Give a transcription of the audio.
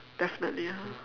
definitely ah